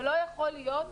ולא יכול להיות,